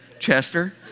Chester